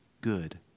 good